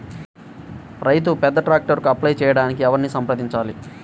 రైతు పెద్ద ట్రాక్టర్కు అప్లై చేయడానికి ఎవరిని సంప్రదించాలి?